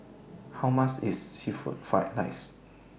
How much IS Seafood Fried Rice